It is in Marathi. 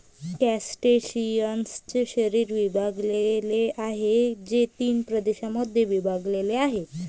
क्रस्टेशियन्सचे शरीर विभागलेले आहे, जे तीन प्रदेशांमध्ये विभागलेले आहे